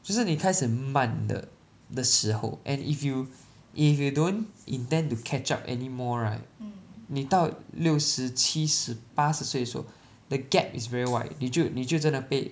就是你开始慢的的时候 and if you if you don't intend to catch up anymore right 你到六十七十八十岁的时候 the gap is very wide 你就你就真的被